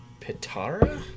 Pitara